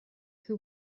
who